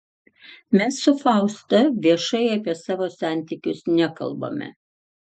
mes su fausta viešai apie savo santykius nekalbame